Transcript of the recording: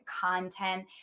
content